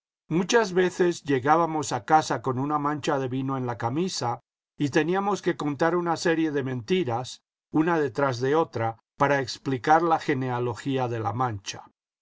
muchas veces llegábamos a casa con una mancha de vino en la camisa y teníamos que contar una serie de mentiras una detrás de otra para exphcar la genealogía de la mancha